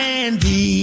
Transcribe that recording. Candy